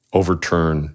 overturn